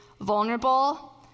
vulnerable